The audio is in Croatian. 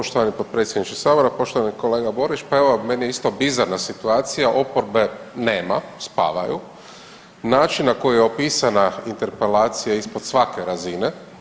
Poštovani potpredsjedniče sabora, poštovani kolega Borić, pa evo meni je isto bizarna situacija, oporbe nema, spavaju, način na koji je opisana interpelacija ispod svake razine.